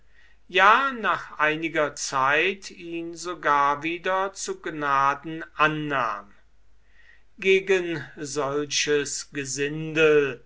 ja nach einiger zeit ihn sogar wieder zu gnaden annahm gegen solches gesindel